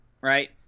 right